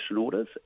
orders